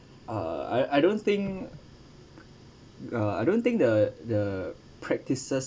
uh I I don't think uh I don't think the the practices